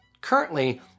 currently